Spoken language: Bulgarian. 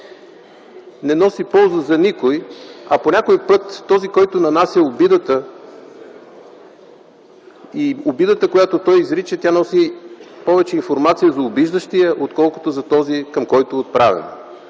не носи полза за никого, а по някой път този, който нанася обидата, и обидата, която изрича, носи повече информация за обиждащия, отколкото за този, към който е отправена.